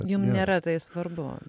jum nėra tai svarbu